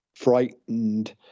frightened